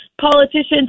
politicians